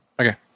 Okay